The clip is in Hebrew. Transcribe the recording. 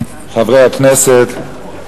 חברי הכנסת,